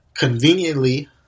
Conveniently